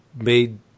made